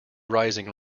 rising